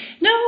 No